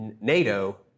NATO